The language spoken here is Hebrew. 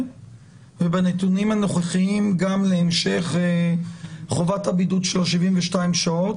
ובנתונים הנוכחיים גם להמשך חובת הבידוד של ה-72 שעות.